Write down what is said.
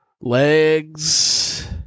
Legs